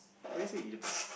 why do you say